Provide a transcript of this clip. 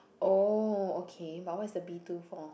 oh okay but what's the B two for